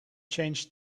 change